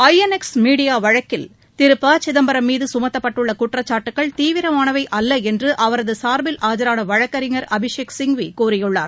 ஐ N X media வழக்கில் திரு ப சிதம்பரம் மீது கமத்தப்பட்டுள்ள குற்றச்சாட்டுகள் தீவிரமானவை அல்ல என்று அவரது சார்பில் ஆஜரான வழக்கறிஞர் அபிஷேக் சிங்வி கூறியுள்ளார்